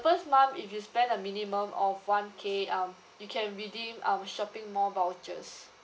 first month if you spend a minimum of one K um you can redeem um shopping mall vouchers